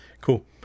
cool